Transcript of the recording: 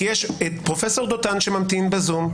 כי פרופ' דותן ממתין בזום,